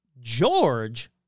George